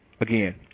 Again